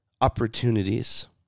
opportunities